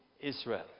Israel